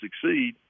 succeed